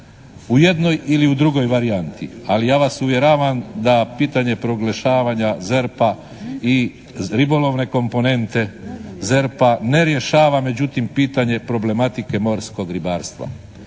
u jednoj ili u drugoj varijanti. Ali ja vas uvjeravam da pitanje proglašavanja ZERP-a i ribolovne komponente ZERP-a ne rješava međutim pitanje problematike morskog ribarstva.